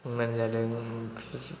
संनानै जादों